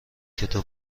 کتاب